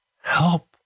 help